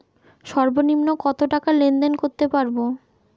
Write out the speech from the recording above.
সর্বনিম্ন কত টাকা লেনদেন করতে পারবো?